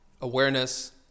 awareness